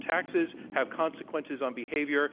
taxes have consequences on behavior,